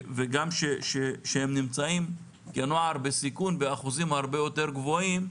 וגם שהם נמצאים כנוער בסיכון באחוזים הרבה יותר גבוהים?